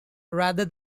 rather